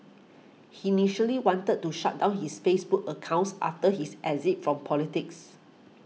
he initially wanted to shut down his Facebook accounts after his exit from politics